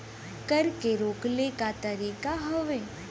कर के रोकले क तरीका हउवे